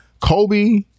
Kobe